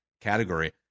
category